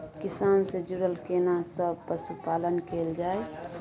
किसान से जुरल केना सब पशुपालन कैल जाय?